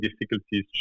difficulties